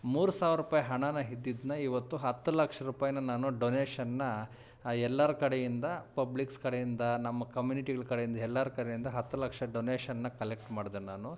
ಮೂರು ಸಾವಿರ ರುಪಾಯಿ ಹಣ ಇದ್ದಿದ್ನ ಇವತ್ತು ಹತ್ತು ಲಕ್ಷ ರುಪಾಯಿನ ನಾನು ಡೊನೇಶನ್ನ ಎಲ್ಲರ ಕಡೆಯಿಂದ ಪಬ್ಲಿಕ್ಸ್ ಕಡೆಯಿಂದ ನಮ್ಮ ಕಮ್ಯುನಿಟಿಗಳು ಕಡೆಯಿಂದ ಎಲ್ಲರ ಕರೆಯಿಂದ ಹತ್ತು ಲಕ್ಷ ಡೊನೇಶನ್ನ ಕಲೆಕ್ಟ್ ಮಾಡಿದೆ ನಾನು